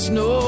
no